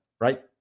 right